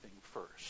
first